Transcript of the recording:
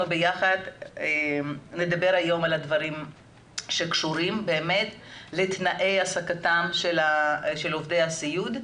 ביחד נדבר היום על הדברים שקשורים לתנאי העסקתם של עובדי הסיעוד.